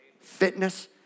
fitness